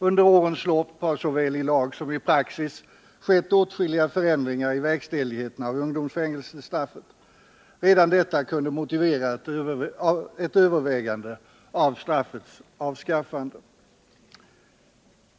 Under årens lopp har såväl i lag som i praxis skett åtskilliga förändringar i verkställigheten av ungdomsfängelsestraffet. Redan detta kunde motivera ett övervägande av straffets avskaffande.